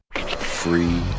Free